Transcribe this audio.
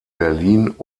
berlin